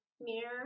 mirror